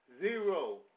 zero